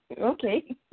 Okay